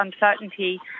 uncertainty